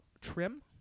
trim